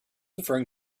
referring